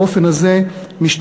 האופן הזה משתנה,